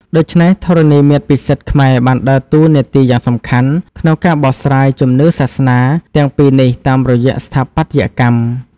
ដូច្នេះ ធរណីមាត្រពិសិដ្ឋខ្មែរបានដើរតួនាទីយ៉ាងសំខាន់ក្នុងការបកស្រាយជំនឿសាសនាទាំងពីរនេះតាមរយៈស្ថាបត្យកម្ម។